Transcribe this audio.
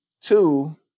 Two